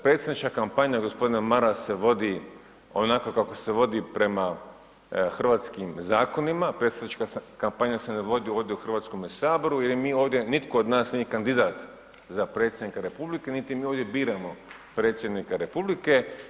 Predsjednička kampanja gospodine Maras se vodi onako kako se vodi prema hrvatskim zakonima, predsjednička kampanja se ne vodi ovdje u Hrvatskome saboru jer ovdje nitko od nas nije kandidat za predsjednika Republike niti mi ovdje biramo predsjednika Republike.